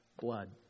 blood